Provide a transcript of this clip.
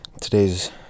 Today's